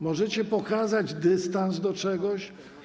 Możecie pokazać dystans do czegoś?